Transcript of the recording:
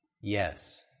Yes